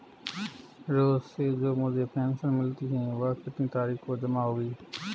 रोज़ से जो मुझे पेंशन मिलती है वह कितनी तारीख को जमा होगी?